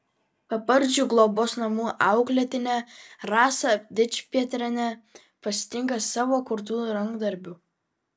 paparčių globos namų auklėtinė rasą dičpetrienę pasitinka savo kurtu rankdarbiu